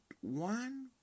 one